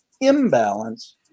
imbalance